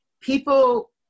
people